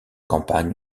campagne